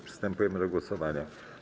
Przystępujemy do głosowania.